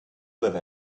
live